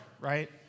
right